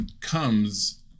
Comes